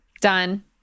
Done